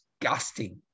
disgusting